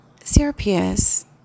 CRPS